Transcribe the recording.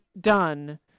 done